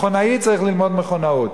מכונאי צריך ללמוד מכונאות,